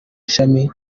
ishami